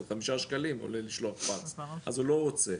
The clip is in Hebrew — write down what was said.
זה חמישה שקלים עולה לשלוח פקס אז הוא לא רוצה,